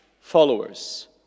followers